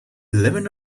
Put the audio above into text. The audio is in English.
eleven